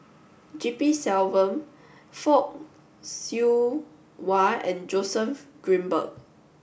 G P Selvam Fock Siew Wah and Joseph Grimberg